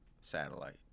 satellite